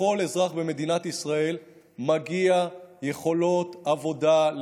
לכל אזרח במדינת ישראל מגיעות יכולות עבודה,